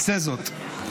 עשה זאת.